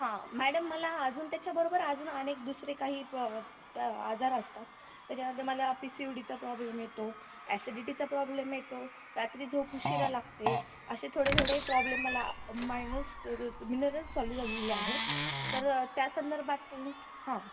हां मॅडम मला अजून त्याच्याबरोबर अजून अनेक दुसरे काही प त आजार असतात त्याच्यामध्ये मला पी सी ओ डीचा प्रॉब्लेम येतो ॲसिडीटीचा प्रॉब्लेम येतो रात्री झोप उशीरा लागते असे थोडे थोडे प्रॉब्लेम मला मायनल्स मिनरल्स चालू झालेले आहेत तर त्या संदर्भात काही हां